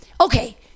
okay